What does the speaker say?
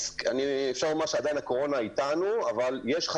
נכון, ואת מדברת על השוק ה ---.